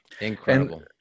Incredible